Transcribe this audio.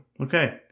Okay